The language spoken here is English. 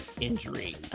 injury